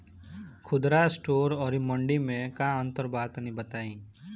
खुदरा स्टोर और मंडी में का अंतर बा तनी बताई?